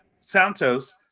santos